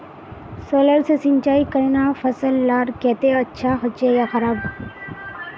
Solar से सिंचाई करना फसल लार केते अच्छा होचे या खराब?